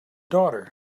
daughter